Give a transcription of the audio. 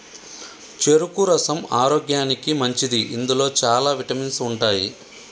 చెరుకు రసం ఆరోగ్యానికి మంచిది ఇందులో చాల విటమిన్స్ ఉంటాయి